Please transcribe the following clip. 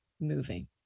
moving